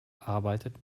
arbeitet